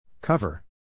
Cover